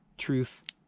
truth